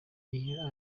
iyo